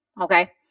okay